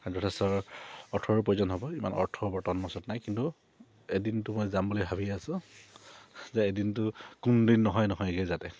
যথেষ্ট অৰ্থৰো প্ৰয়োজন হ'ব ইমান অৰ্থৰ বৰ্তমান মোৰ ওচৰত নাই কিন্তু এদিনটো মই যাম বুলি ভাবি আছোঁ যে এদিনটো কোন দিন নহয় নহয়গৈ যাতে